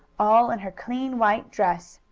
all in her clean white dress.